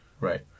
Right